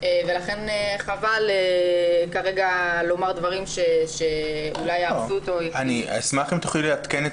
לכן חבל כרגע לומר דברים שאולי --- אשמח אם תעדכני את